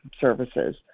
services